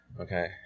okay